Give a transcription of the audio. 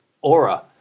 aura